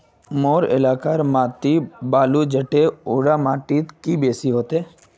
मोर एलाकार माटी बालू जतेर ओ ला माटित की बेसी हबे?